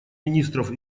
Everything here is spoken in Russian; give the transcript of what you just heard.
министров